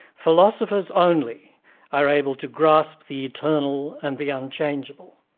philosophers only are able to grasp the eternal and the unchangeable,